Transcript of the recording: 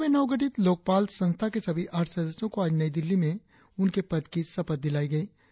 केंद्र में नवगठित लोकपाल संस्था के सभी अठ सदस्यों को आज नई दिल्ली में उनके पद की शपथ दिलाई गई